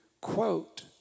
quote